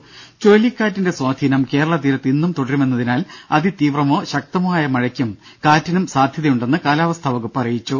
ദേദ ചുഴലിക്കാറ്റിന്റെ സ്വാധീനം കേരള തീരത്ത് ഇന്നും തുടരുമെന്നതിനാൽ അതിതീവ്രമോ ശക്തമോ ആയ മഴയ്ക്കും കാറ്റിനും സാധ്യതയുണ്ടെന്നും കാലാവസ്ഥാ വകുപ്പ് അറിയിച്ചു